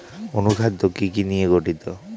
অনুখাদ্য কি কি নিয়ে গঠিত?